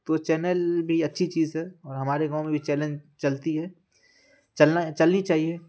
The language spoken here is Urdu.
تو وہ چینل بھی اچھی چیز ہے اور ہمارے گاؤں میں بھی چینل چلتی ہے چلنا چلنی چاہیے